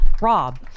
Rob